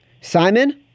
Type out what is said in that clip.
Simon